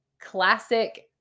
classic